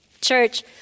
Church